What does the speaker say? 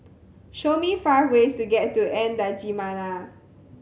show me five ways to get to N'Djamena